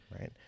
Right